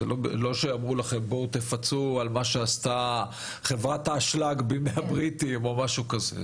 לא אמרו שתפצו על מה שעשתה חברת האשלג בימי הבריטים או משהו כזה.